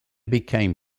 became